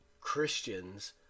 Christians